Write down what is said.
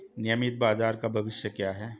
नियमित बाजार का भविष्य क्या है?